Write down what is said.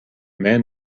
man